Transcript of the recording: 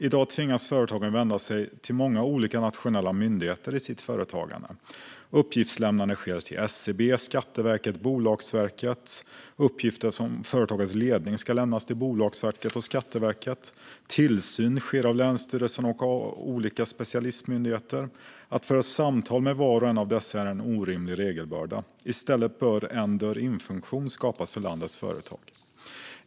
I dag tvingas företagen vända sig till många olika nationella myndigheter i sitt företagande. Uppgiftslämnande sker till SCB, Skatteverket och Bolagsverket. Uppgifter om företagets ledning ska lämnas till Bolagsverket och Skatteverket. Tillsyn sker av länsstyrelserna och av olika specialistmyndigheter. Att föra samtal med var och en av dessa är en orimlig regelbörda. I stället bör en en-dörr-in-funktion skapas för landets företag.